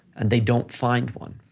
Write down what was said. and they don't find one,